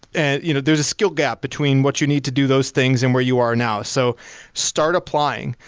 and you know there's a skill gap between what you need to do those things and where you are now, so start applying.